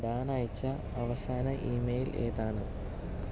Dan അയച്ച അവസാന email ഏതാണ്